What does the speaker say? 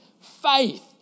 Faith